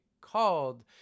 called